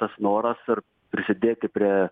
tas noras ir prisidėti prie